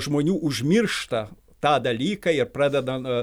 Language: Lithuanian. žmonių užmiršta tą dalyką ir pradeda